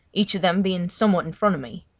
each of them being somewhat in front of me.